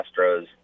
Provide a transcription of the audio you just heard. Astros